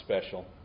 special